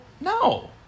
no